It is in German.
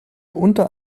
unter